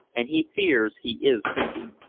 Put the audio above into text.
and he fears he is sinking.